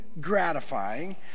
gratifying